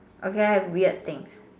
okay weird things